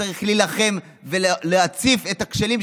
וצריך להילחם ולהציף את הכשלים,